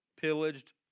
pillaged